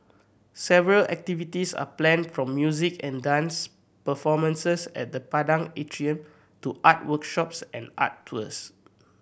several activities are planned from music and dance performances at the Padang Atrium to art workshops and art tours